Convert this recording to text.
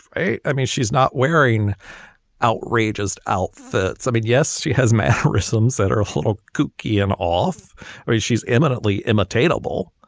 i i mean, she's not wearing outrageous outfits. i mean, yes, she has mannerisms that are a little kooky and off or she's eminently imitating bill.